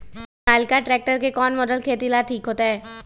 Sonalika tractor के कौन model खेती ला ठीक होतै?